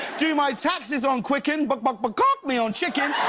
do my taxes on quicken, bawk bawk-bagawk me on chicken.